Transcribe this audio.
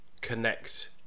connect